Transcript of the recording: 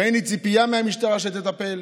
ואין לי ציפייה מהמשטרה שתטפל,